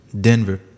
denver